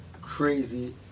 crazy